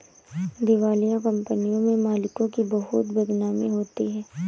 दिवालिया कंपनियों के मालिकों की बहुत बदनामी होती है